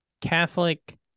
catholic